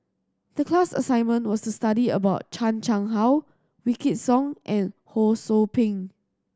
the class assignment was to study about Chan Chang How Wykidd Song and Ho Sou Ping